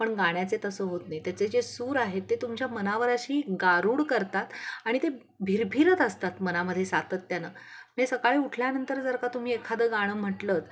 पण गाण्याचे तसं होत नाही त्याचे जे सूर आहेत ते तुमच्या मनावर अशी गारूड करतात आणि ते भिरभिरत असतात मनामध्ये सातत्यानं म्हणजे सकाळी उठल्यानंतर जर का तुम्ही एखादं गाणं म्हंटलं